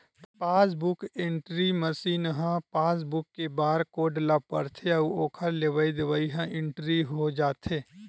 passbook entry machine ह passbook के barcode ल पड़थे अउ ओखर लेवई देवई ह इंटरी हो जाथे